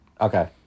Okay